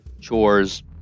chores